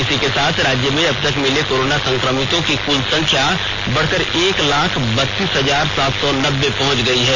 इसी के साथ राज्य में अब तक मिले कोरोना संक्रमितों की कृल संख्या बढकर एक लाख बतीस हजार सात सौ नब्बे पहुंच गई है